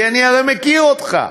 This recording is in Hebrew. כי אני הרי מכיר אותך.